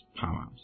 power